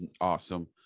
awesome